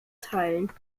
teilen